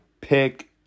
pick